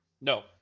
No